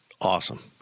awesome